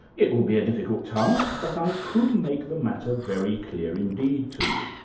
it will be a difficult task but i could make the matter very clear indeed to you.